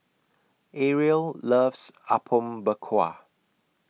Ariel loves Apom Berkuah